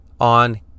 on